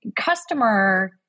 customer